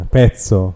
pezzo